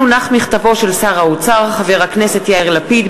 כן הונח מכתבו של שר האוצר חבר הכנסת יאיר לפיד